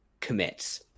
commits